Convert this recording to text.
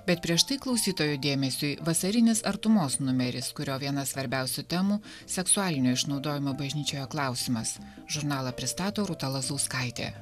bet prieš tai klausytojų dėmesiui vasarinis artumos numeris kurio vienas svarbiausių temų seksualinio išnaudojimo bažnyčioje klausimas žurnalą pristato rūta lazauskaitė